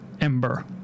ember